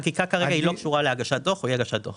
אבל החקיקה כרגע לא קשורה להגשת דוח או לאי הגשת דוח.